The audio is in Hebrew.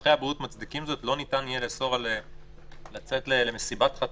שצרכי הבריאות מצדיקים זאת לא ניתן יהיה לאסור על יציאה למסיבת חתונה?